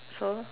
so